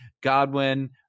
godwin